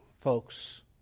folks